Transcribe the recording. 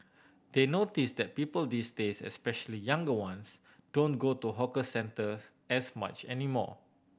they notice that people these days especially younger ones don't go to hawker centres as much anymore